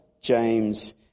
James